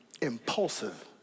impulsive